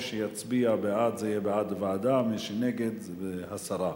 מי שיצביע בעד זה יהיה בעד ועדה, מי שנגד זה הסרה.